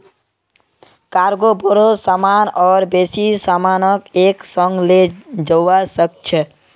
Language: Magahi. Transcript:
कार्गो बोरो सामान और बेसी सामानक एक संग ले जव्वा सक छ